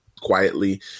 quietly